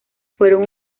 fueron